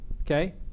okay